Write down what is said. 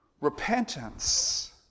Repentance